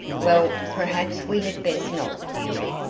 well, perhaps we had best not, dearie,